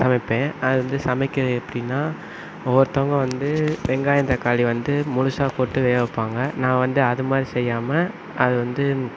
சமைப்பேன் அது வந்து சமைக்க எப்படின்னா ஒவ்வொருத்தவங்க வந்து வெங்காயம் தக்காளி வந்து முழுசாக போட்டு வேக வைப்பாங்க நான் வந்து அதுமாதிரி செய்யாமல் அது வந்து